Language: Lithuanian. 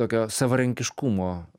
tokio savarankiškumo